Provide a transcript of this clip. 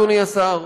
אדוני השר: